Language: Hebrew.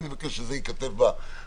ואני מבקש שזה ייכתב בהצעה.